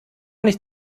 nicht